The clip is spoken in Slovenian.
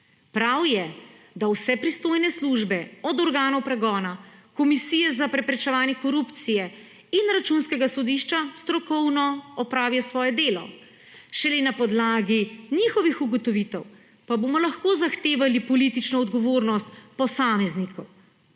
Prav je, da vse pristojne službe, od organov pregona, Komisije za preprečevanje korupcije in Računskega sodišča strokovno opravijo svoje delo. Šele na podlagi njihovih ugotovitev pa bomo lahko zahtevali politično odgovornost posameznikov.